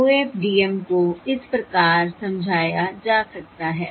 OFDM को इस प्रकार समझाया जा सकता है